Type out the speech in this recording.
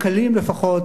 הקלים לפחות,